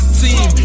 team